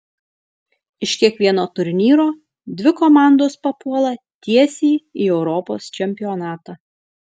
iš kiekvieno turnyro dvi komandos papuola tiesiai į europos čempionatą